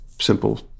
simple